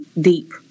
deep